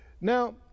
Now